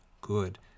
good